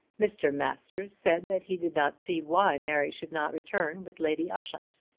mr. masters said that he did not see why mary should not return with lady ushant.